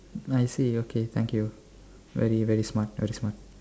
I see okay thank you very very smart very smart